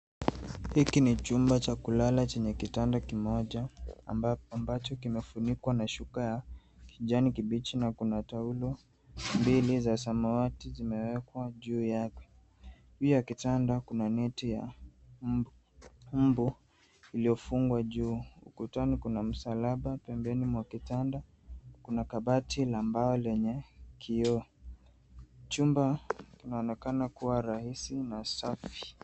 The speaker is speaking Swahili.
Hiki ni chumba cha kulala chenye kitanda kimoja ambacho kimefunikwa na shuka ya kijani kibichi na kuna taulo mbili za samawati zimewekwa juu yake. Pia kitanda kina neti ya mbu iliyofungwa juu. Ukutani kuna msalaba. Pembeni mwa kitanda kuna kabati la mbao lenye kioo. Chumba kinaonekana kuwa rahisi na safi.